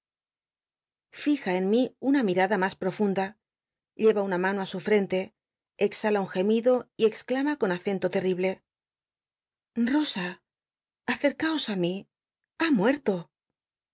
fija en mí una mil'ada mas profunda lleva una mano i su f cn te exhala un gemido y exclama con acento tcltible nosa acercaos i mi ha muerto